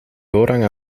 voorrang